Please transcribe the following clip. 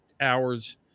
hours